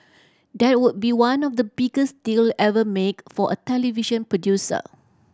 that would be one of the biggest deal ever make for a television producer